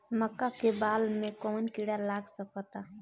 मका के बाल में कवन किड़ा लाग सकता?